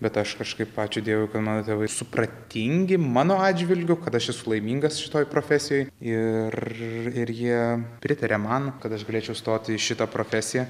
bet aš kažkaip ačiū dievui kad mano tėvai supratingi mano atžvilgiu kad aš esu laimingas šitoj profesijoj ir ir jie pritaria man kad aš galėčiau stoti į šitą profesiją